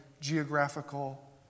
geographical